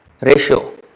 ratio